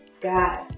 God